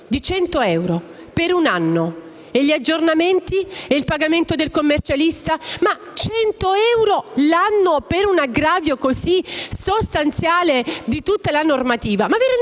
100 euro per un anno! E gli aggiornamenti? E il pagamento del commercialista? 100 euro all'anno per un aggravio così sostanziale di tutta la normativa: ma vi